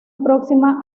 próxima